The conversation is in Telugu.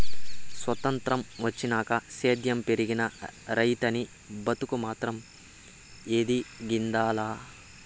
సొత్రంతం వచ్చినాక సేద్యం పెరిగినా, రైతనీ బతుకు మాత్రం ఎదిగింది లా